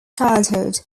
childhood